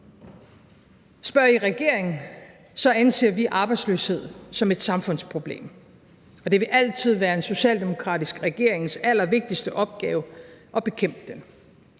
Spørger I regeringen, anser vi arbejdsløshed som et samfundsproblem, og det vil altid være en socialdemokratisk regerings allervigtigste opgave at bekæmpe den.